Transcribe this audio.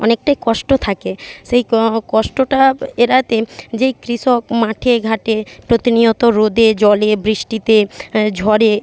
অনেকটাই কষ্ট থাকে সেই ক কষ্টটা এড়াতে যেই কৃষক মাঠে ঘাটে প্রতিনিয়ত রোদে জলে বৃষ্টিতে ঝড়ে